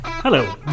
Hello